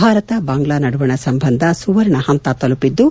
ಭಾರತ ಬಾಂಗ್ಲಾ ನಡುವಣ ಸಂಬಂಧ ಸುವರ್ಣ ಹಂತ ತಲುಪಿದ್ದು